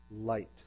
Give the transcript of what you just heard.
light